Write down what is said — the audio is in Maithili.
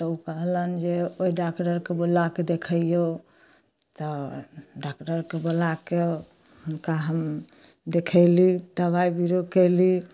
तऽ ओ कहलनि जे ओहि डाक्टरके बोलाके देखैऔ तऽ डाक्टरके बोलाके हुनका हम देखेली दवाइ बीरो कएली